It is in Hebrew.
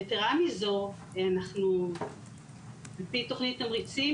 יתרה מזו, אנחנו לפי תוכנית התמריצים,